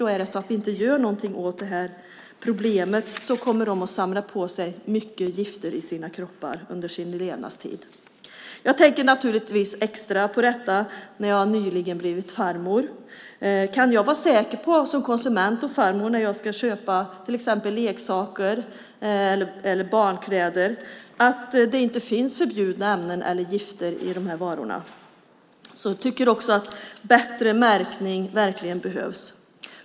Om vi inte gör något åt det här problemet kommer barnen under sin levnadstid att samla på sig mycket gifter i sina kroppar. Naturligtvis tänker jag extra mycket på detta eftersom jag nyligen blivit farmor. Kan jag som konsument och farmor när jag ska köpa till exempel leksaker eller barnkläder vara säker på att det inte finns förbjudna ämnen och inte heller gifter i de här varorna? En bättre märkning behövs verkligen.